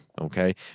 Okay